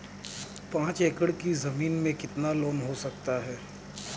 पाँच एकड़ की ज़मीन में कितना लोन हो सकता है?